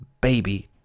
Baby